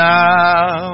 now